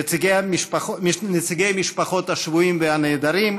נציגי משפחות השבויים והנעדרים,